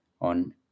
on